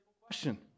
question